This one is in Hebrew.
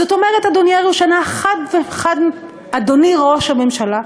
זאת אומרת, אדוני ראש הממשלה,